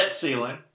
ceiling